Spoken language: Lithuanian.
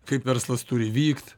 kaip verslas turi vykt